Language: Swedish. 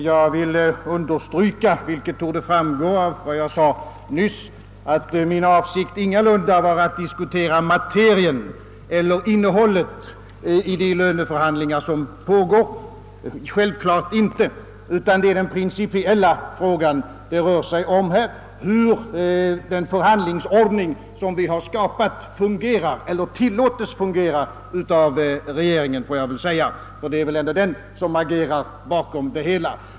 Jag vill understryka, att — vilket torde framgå av vad jag sade nyss — min avsikt självfallet ingalunda var att gå in på innehållet i de löneförhandlingar som pågår, utan det är den principiella frågan det rör ig om: hur den förhandlingsordning, som vi har skapat, fungerar eller av regeringen tillåtes fungera — ty det är väl ändå regeringen som agerar bakom det hela.